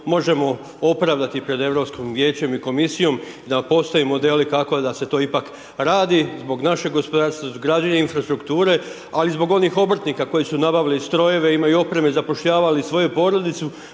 možemo opravdati pred Europskim vijećem i komisijom i da postoje modeli kako da se to ipak radi, zbog našeg gospodarstva, gradnje infrastrukture ali i zbog onih obrtnika koji su nabavili strojeve imaju opreme, zapošljavali svoju porodicu,